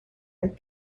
and